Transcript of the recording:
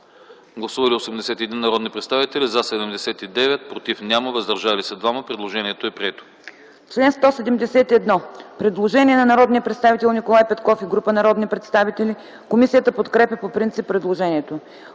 Гласували 83 народни представители: за 77, против няма, въздържали се 6. Предложението е прието. ДОКЛАДЧИК ГАЛИНА МИЛЕВА: Член 195 – предложение на народния представител Николай Петков и група народни представители. Комисията подкрепя по принцип предложението.